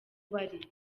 bari